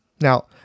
Now